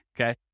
okay